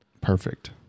Perfect